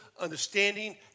understanding